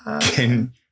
can-